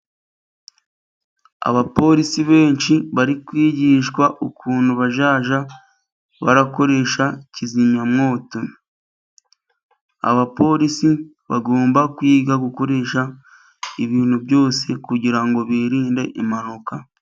Abapolisi benshi bari kwigishwa ukuntu bazajya bakoresha kizimyamwoto. Abapolisi bagomba kwiga gukoresha ibintu byose, kugira ngo birinde impanuka.